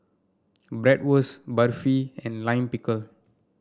Bratwurst Barfi and Lime Pickle